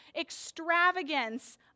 extravagance